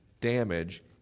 damage